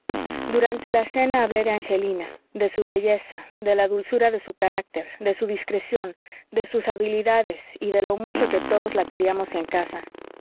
durante la cena hablé de angelina de su belleza de la dulzura de su carácter de su discreción de sus habilidades y de lo mucho que todos la queríamos en casa